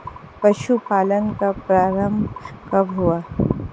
पशुपालन का प्रारंभ कब हुआ?